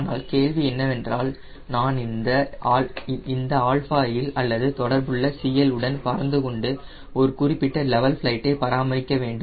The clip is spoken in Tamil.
ஆனால் கேள்வி என்னவென்றால் நான் இந்த α இல் அல்லது தொடர்புள்ள CL உடன் பறந்து கொண்டு ஒரு குறிப்பிட்ட லெவல் பிளைட்டை பராமரிக்க வேண்டும்